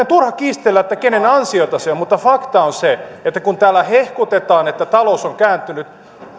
turha kiistellä kenen ansiota se on mutta fakta on se että kun täällä hehkutetaan että talous on kääntynyt